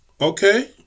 Okay